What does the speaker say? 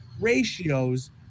ratios